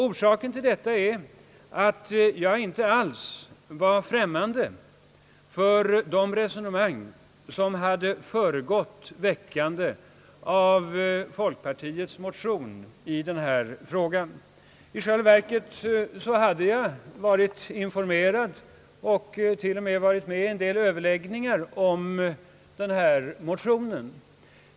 Orsaken till min ståndpunkt är att jag inte alls var främmande för de resonemang som föregick väckandet av folkpartiets motion. I själva verket hade jag varit informerad och t.o.m. deltagit i en del överläggningar om denna motion.